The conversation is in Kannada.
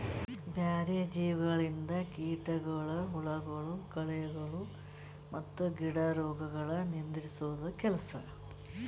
ಬ್ಯಾರೆ ಜೀವಿಗೊಳಿಂದ್ ಕೀಟಗೊಳ್, ಹುಳಗೊಳ್, ಕಳೆಗೊಳ್ ಮತ್ತ್ ಗಿಡ ರೋಗಗೊಳ್ ನಿಂದುರ್ಸದ್ ಕೆಲಸ